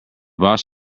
boss